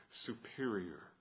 superior